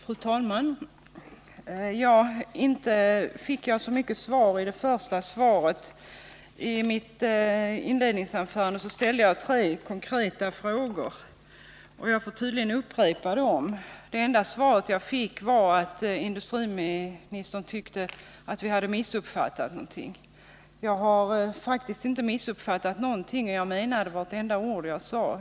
Fru talman! Inte fick jag så mycket besked i det första svaret. I mitt inledningsanförande ställde jag tre konkreta frågor, och jag måste tydligen upprepa dem. Det enda jag fick veta var att industriministern tyckte att vi hade missuppfattat saken. Men jag har faktiskt inte missuppfattat någonting, och jag menade vartenda ord jag sade.